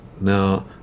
Now